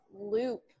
loop